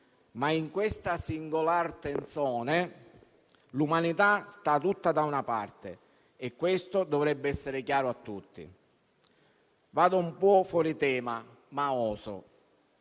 ma in questa singolar tenzone l'umanità sta tutta da una parte e questo dovrebbe essere chiaro a tutti. Vado un po' fuori tema, ma oso.